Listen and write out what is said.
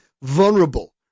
Vulnerable